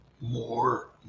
more